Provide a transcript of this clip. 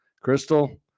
Crystal